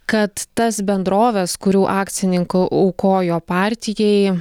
kad tas bendroves kurių akcininku aukojo partijai